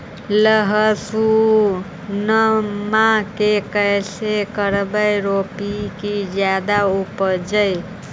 लहसूनमा के कैसे करके रोपीय की जादा उपजई?